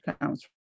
comes